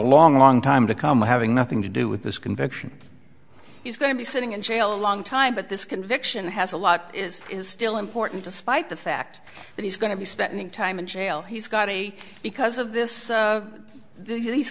long long time to come having nothing to do with this conviction he's going to be sitting in jail a long time but this conviction has a lot is still important despite the fact that he's going to be spending time in jail he's got a because of this these